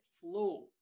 flow